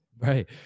right